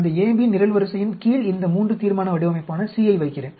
அந்த AB நிரல்வரிசையின் கீழ் இந்த III தீர்மான வடிவமைப்பான C யை வைக்கிறேன்